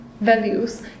values